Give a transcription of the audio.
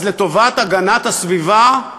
אז לטובת הגנת הסביבה: